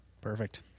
Perfect